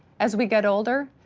as we get older,